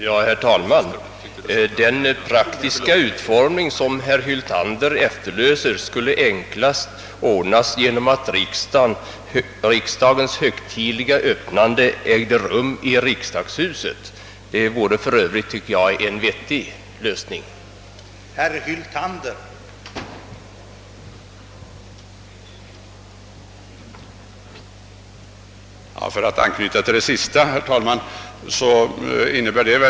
Herr talman! Den mer praktiska utformning av riksdagens »högtidliga öppnande» som herr Hyltander efterlyser skulle enklast kunna förverkligas genom att öppnandet äger rum här i riksdagshuset. Jag tycker att det över huvud taget vore en vettig lösning av frågan.